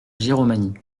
giromagny